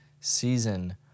season